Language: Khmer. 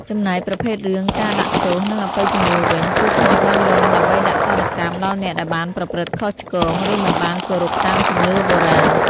ចំណែកប្រភេទរឿងការដាក់ទោស និងអបិយជំនឿវិញ គឺខ្មោចបានលងដើម្បីដាក់ទណ្ឌកម្មដល់អ្នកដែលបានប្រព្រឹត្តខុសឆ្គង ឬមិនបានគោរពតាមជំនឿបុរាណ។